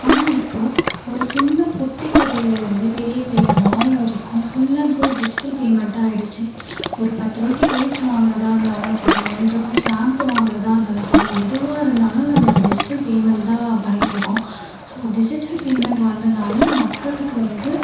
ஆனால் இப்போது ஒரு சின்ன பெட்டிக்கடையிலேருந்து பெரிய பெரிய மால் வரைக்கும் ஃபுல் அண்ட் ஃபுல் டிஜிட்டல் பேமெண்ட்டாக ஆயிடுச்சு ஒரு பத்ருபாக்கி பேஸ்ட் வாங்குறதாக இருந்தாலும் சரி ரெண்டு ரூபாய் ஷாம்பு வாங்குறதாக இருந்தாலும் சரி எதுவாக இருந்தாலும் நம்ம இப்போ டிஜிட்டல் பேமெண்ட் தான் பண்ணிட்டு இருக்கோம் ஸோ டிஜிட்டல் பேமெண்ட் வந்ததால மக்களுக்கு வந்து